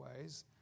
ways